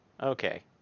Okay